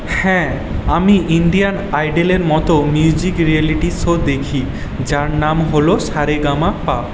হ্যাঁ আমি ইন্ডিয়ান আইডেলের মতো মিউজিক রিয়েলিটি শো দেখি যার নাম হল সা রে গা মা পা